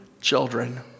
children